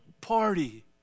party